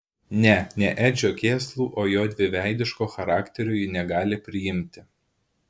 ne ne edžio kėslų o jo dviveidiško charakterio ji negali priimti